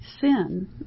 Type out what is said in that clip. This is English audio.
sin